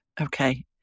Okay